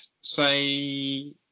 say